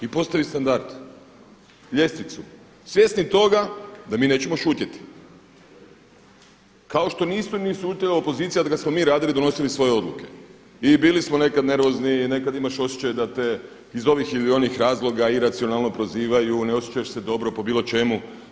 I postavit standard, ljestvicu svjesni toga da mi nećemo šutjeti kao što nisu ni šutjeli opozicija kad smo mi radili, donosili svoje odluke i bili smo nekad nervozni, nekad imaš osjećaj da te iz ovih ili onih razloga iracionalno prozivaju, ne osjećaš se dobro po bilo čemu.